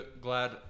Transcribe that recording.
glad